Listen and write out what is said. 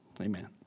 amen